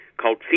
called